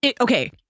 okay